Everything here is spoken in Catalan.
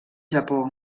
japó